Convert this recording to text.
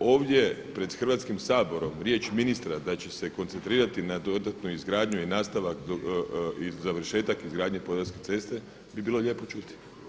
ovdje pred Hrvatskim saborom riječ ministra da će se koncentrirati na dodatnu izgradnju i završetak izgradnje Podravske ceste bi bilo lijepo čuti.